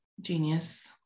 Genius